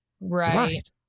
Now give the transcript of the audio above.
Right